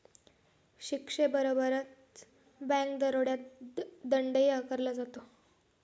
शिक्षेबरोबरच बँक दरोड्यात दंडही आकारला जातो